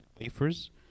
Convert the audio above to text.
wafers